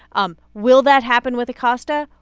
um will that happen with acosta?